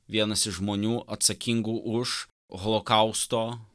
vienas iš žmonių atsakingų už holokausto